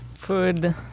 Food